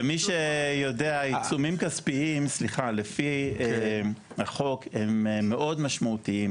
ומי שיודע עיצומים כספיים לפי החוק הם מאוד משמעותיים